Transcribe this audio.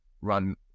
run